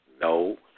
no